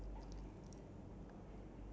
while like pretend nothing happened